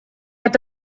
hat